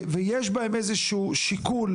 ויש בהם איזשהו שיקול,